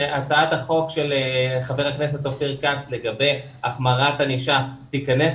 שהצעת החוק של חבר הכנסת אופיר כץ לגבי החמרת ענישה תיכנס